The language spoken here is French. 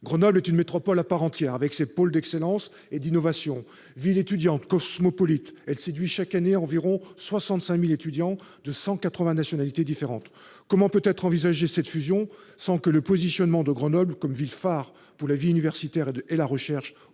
Grenoble est une métropole à part entière, avec ses pôles d'excellence et d'innovation. Ville étudiante cosmopolite, elle séduit chaque année environ 65 000 étudiants de 180 nationalités différentes. Comment cette fusion peut-elle être envisagée sans que son positionnement en tant que ville phare pour la vie universitaire et la recherche